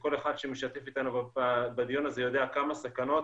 וכל אחד שמשתתף בדיון יודע כמה סכנות